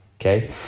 Okay